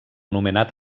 nomenat